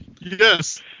Yes